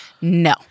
no